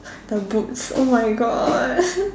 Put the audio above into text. the boots oh my God